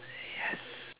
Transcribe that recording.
yes